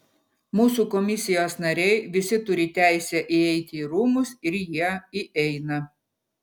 mūsų komisijos nariai visi turi teisę įeiti į rūmus ir jie įeina